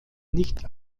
nicht